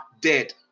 dead